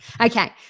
Okay